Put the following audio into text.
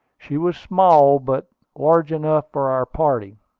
she was small, but large enough for our party.